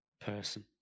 person